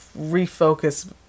refocus